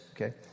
okay